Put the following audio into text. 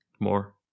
more